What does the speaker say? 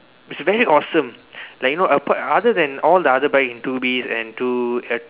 it's very awesome like you know apart other than all the other bikes two B and two a~